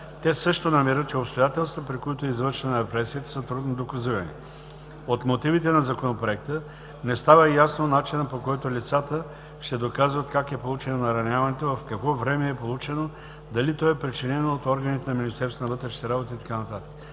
те също намират, че обстоятелствата, при които е извършена репресията, са трудно доказуеми. От мотивите на Законопроекта не става ясен начинът, по който лицата ще доказват как е получено нараняването, в какво време е получено, дали то е причинено от органите на Министерство на вътрешните работи и така